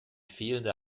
fehlende